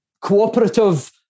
cooperative